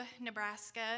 Nebraska